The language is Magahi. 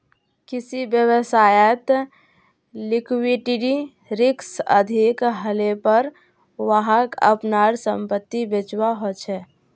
किसी व्यवसायत लिक्विडिटी रिक्स अधिक हलेपर वहाक अपनार संपत्ति बेचवा ह छ